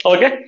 Okay